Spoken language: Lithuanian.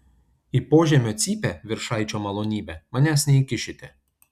į požemio cypę viršaičio malonybe manęs neįkišite